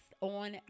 on